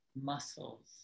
muscles